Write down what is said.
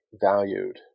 valued